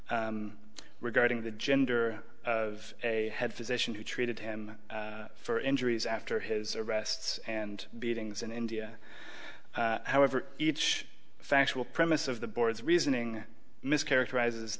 regarding the gender of a head physician who treated him for injuries after his arrests and beatings in india however each factual premise of the board's reasoning mischaracterize